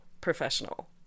professional